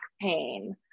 pain